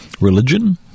Religion